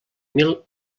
mil